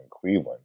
Cleveland